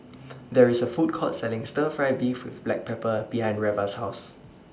There IS A Food Court Selling Stir Fry Beef with Black Pepper behind Reva's House